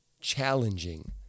challenging